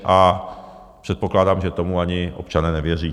A předpokládám, že tomu ani občané nevěří.